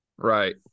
Right